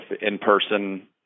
in-person